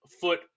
foot